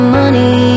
money